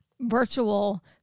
virtual